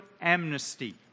amnesty